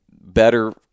better –